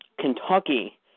Kentucky